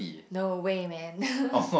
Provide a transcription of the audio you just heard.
no way man